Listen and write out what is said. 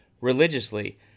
religiously